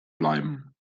bleiben